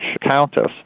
countess